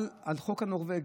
על החוק הנורבגי.